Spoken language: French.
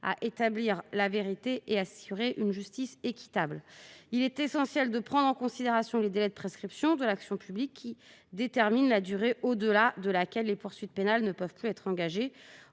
à établir la vérité et à assurer une justice équitable. Il est essentiel de prendre en considération les délais de prescription de l'action publique qui déterminent la durée au-delà de laquelle les poursuites pénales ne peuvent plus être engagées.